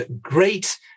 great